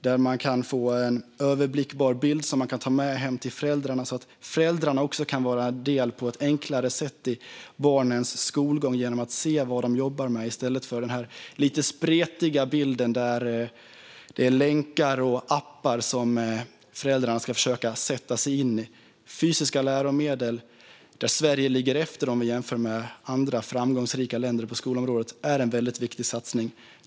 Där kan man få en överblickbar bild som man kan ta med hem till föräldrarna, så att föräldrarna också på ett enklare sätt kan ta del av barnens skolgång genom att se vad de jobbar med, i stället för att få en spretig bild från länkar och appar. Fysiska läromedel, där Sverige ligger efter andra framgångsrika länder på skolområdet, är en viktig satsning.